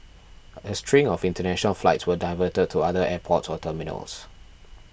a string of international flights were diverted to other airports or terminals